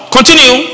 Continue